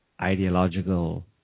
ideological